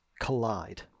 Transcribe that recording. collide